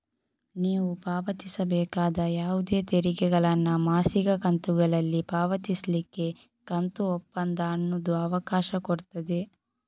ನೀವು ಪಾವತಿಸಬೇಕಾದ ಯಾವುದೇ ತೆರಿಗೆಗಳನ್ನ ಮಾಸಿಕ ಕಂತುಗಳಲ್ಲಿ ಪಾವತಿಸ್ಲಿಕ್ಕೆ ಕಂತು ಒಪ್ಪಂದ ಅನ್ನುದು ಅವಕಾಶ ಕೊಡ್ತದೆ